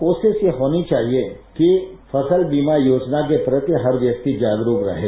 उसे होनी चाहिए कि फसल बीमा योजना के प्राति हर व्यक्ति जागरूक रहें